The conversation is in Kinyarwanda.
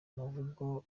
umuvugo